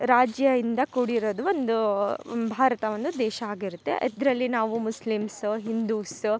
ರಾಜ್ಯ ಇಂದ ಕೂಡಿರೋದು ಒಂದು ಭಾರತ ಒಂದು ದೇಶ ಆಗಿರುತ್ತೆ ಅದರಲ್ಲಿ ನಾವು ಮುಸ್ಲಿಮ್ಸ್ ಹಿಂದೂಸ್